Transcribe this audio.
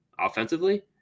offensively